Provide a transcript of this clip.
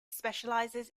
specializes